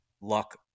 luck